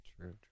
True